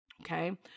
Okay